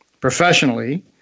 professionally